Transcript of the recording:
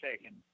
taken